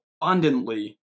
abundantly